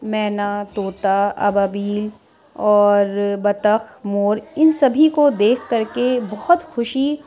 مینا طوطا ابابیل اور بطخ مور ان سبھی کو دیکھ کر کے بہت خوشی